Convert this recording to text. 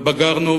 ובגרנו,